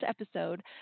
episode